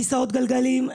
כיסאות גלגלים,